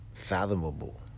fathomable